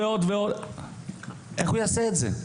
ועוד איך הוא יעשה את זה?